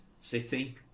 city